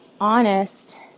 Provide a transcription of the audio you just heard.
honest